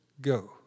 go